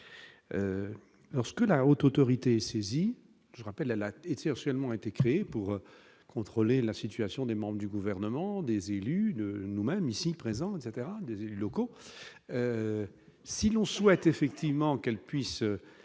lorsque la Haute autorité saisie je rappelle à la tête, c'est actuellement été créée pour contrôler la situation des membres du gouvernement, des élus, nous-mêmes, ici présent, etc, des élus locaux, si l'on souhaite effectivement qu'elle puisse